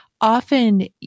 Often